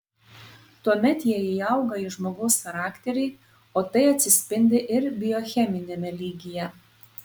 tuomet jie įauga į žmogaus charakterį o tai atsispindi ir biocheminiame lygyje